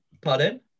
Pardon